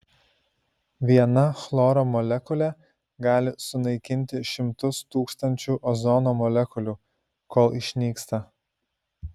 viena chloro molekulė gali sunaikinti šimtus tūkstančių ozono molekulių kol išnyksta